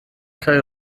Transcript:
kaj